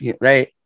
right